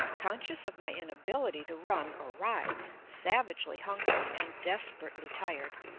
conscious of my inability to run or ride, savagely hungry, and desperately tired,